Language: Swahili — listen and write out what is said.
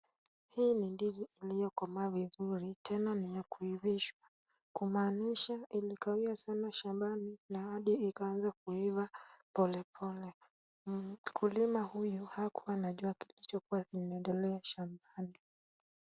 Hii ni ndizi iliyokomaa vizuri tena ni ya kuivishwa. Kumaanisha ilikawia sana shambani na hadi ikaanza kuiva polepole. Mkulima huyu hakuwa anajua kilichokuwa kinaendelea shambani.